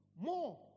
more